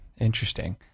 interesting